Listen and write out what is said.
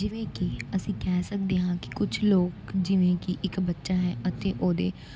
ਜਿਵੇਂ ਕਿ ਅਸੀਂ ਕਹਿ ਸਕਦੇ ਹਾਂ ਕਿ ਕੁਛ ਲੋਕ ਜਿਵੇਂ ਕਿ ਇੱਕ ਬੱਚਾ ਹੈ ਅਤੇ ਉਹਦੇ